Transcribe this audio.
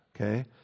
Okay